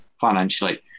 financially